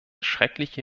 schreckliche